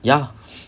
ya